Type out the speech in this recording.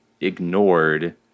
ignored